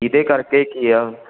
ਜਿਹਦੇ ਕਰਕੇ ਕੀ ਆ